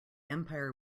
empire